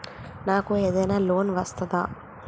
నాకు ఏదైనా లోన్ వస్తదా?